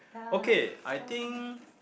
okay I think